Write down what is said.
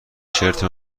شرت